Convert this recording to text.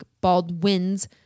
Baldwin's